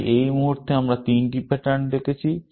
তাই এই মুহুর্তে আমরা তিনটি প্যাটার্ন দেখেছি